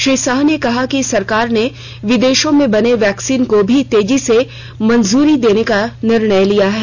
श्री शाह ने कहा कि सरकार ने विदेशों में बने वैक्सीन को भी तेजी से मंजूरी देने का निर्णय लिया है